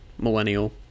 millennial